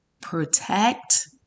protect